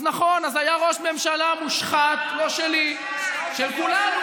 אז נכון, היה ראש ממשלה מושחת, לא שלי, של כולנו.